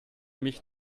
mich